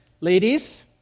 Ladies